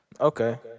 Okay